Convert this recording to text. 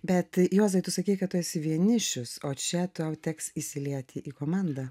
bet juozai tu sakei kad tu esi vienišius o čia tau teks įsilieti į komandą